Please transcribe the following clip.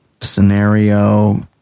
scenario